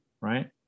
right